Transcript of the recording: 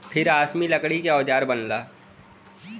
फिर आसमी लकड़ी के औजार बनला